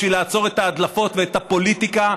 בשביל לעצור את ההדלפות ואת הפוליטיקה,